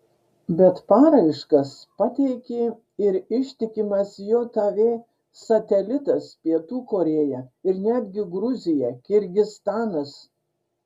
bet paraiškas pateikė ir ištikimas jav satelitas pietų korėja ir netgi gruzija kirgizstanas